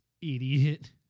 idiot